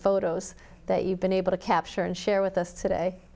photos that you've been able to capture and share with us today